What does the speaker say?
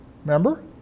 remember